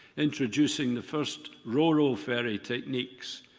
introducing the first role of ferry techniques,